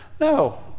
No